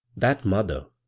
that mother